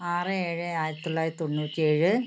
ആറ് ഏഴ് ആയിരത്തിത്തൊള്ളായിരത്തി തൊണ്ണൂറ്റിയേഴ്